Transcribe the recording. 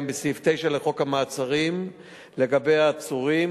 בסעיף 9 לחוק המעצרים לגבי העצורים,